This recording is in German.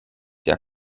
der